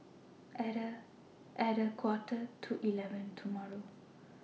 At A At A Quarter to eleven tomorrow